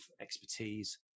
expertise